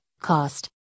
cost